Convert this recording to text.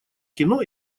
кино